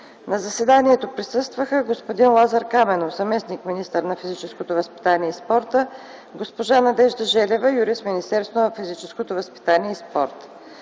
На заседанието присъстваха господин Лазар Каменов – заместник-министър на физическото възпитание и спорта, и госпожа Надежда Желева – юрист в Министерството на физическото възпитание и спорта.